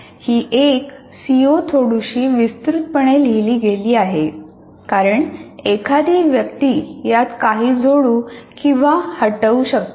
ही एक सीओ थोडीशी विस्तृतपणे लिहिली गेली आहे कारण एखादी व्यक्ती यात काही जोडू किंवा हटवू शकते